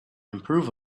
improve